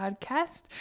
Podcast